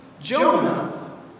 Jonah